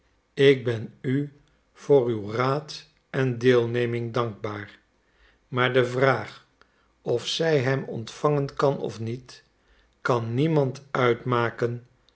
ik ben u voor uw raad en deelneming dankbaar maar de vraag of zij hem ontvangen kan of niet kan niemand uitmaken